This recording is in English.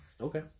Okay